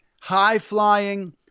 high-flying